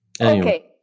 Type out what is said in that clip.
Okay